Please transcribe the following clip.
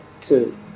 two